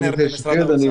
חברת הכנסת שקד,